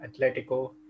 Atletico